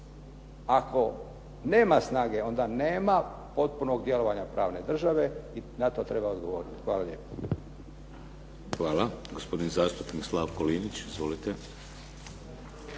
Ako nema snage onda nema potpunog djelovanja pravne države i na to treba odgovoriti. Hvala lijepo. **Šeks, Vladimir (HDZ)** Hvala. Gospodin zastupnik Slavko Linić. Izvolite.